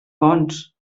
bons